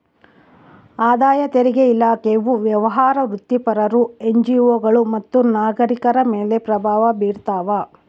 ಆದಾಯ ತೆರಿಗೆ ಇಲಾಖೆಯು ವ್ಯವಹಾರ ವೃತ್ತಿಪರರು ಎನ್ಜಿಒಗಳು ಮತ್ತು ನಾಗರಿಕರ ಮೇಲೆ ಪ್ರಭಾವ ಬೀರ್ತಾವ